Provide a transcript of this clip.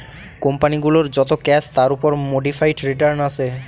company গুলোর যত cash তার উপর মোডিফাইড রিটার্ন আসে